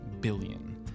billion